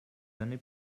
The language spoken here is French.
années